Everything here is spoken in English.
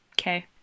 Okay